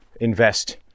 invest